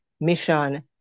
Mission